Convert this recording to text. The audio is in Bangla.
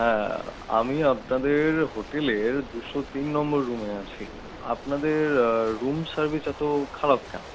হ্যাঁ আমি আপনাদের হোটেলের দুশো তিন নম্বর রুমে আছি আপনাদের রুম সার্ভিস এতো খারাপ কেন